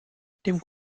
dem